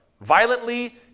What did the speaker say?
violently